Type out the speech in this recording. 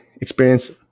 experience